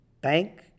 Bank